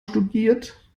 studiert